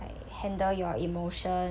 like handle your emotion